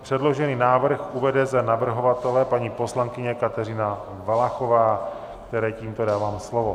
Předložený návrh uvede za navrhovatele paní poslankyně Kateřina Valachová, které tímto dávám slovo.